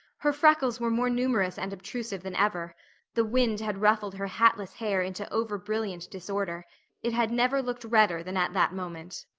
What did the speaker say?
her freckles were more numerous and obtrusive than ever the wind had ruffled her hatless hair into over-brilliant disorder it had never looked redder than at that moment.